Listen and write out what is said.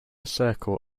circle